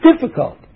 difficult